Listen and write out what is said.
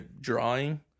drawing